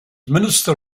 minister